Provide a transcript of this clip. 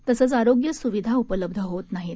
तसंच आरोग्य सुविधा उपलब्ध होत नाहीत